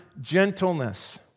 gentleness